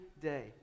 day